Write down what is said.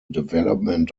development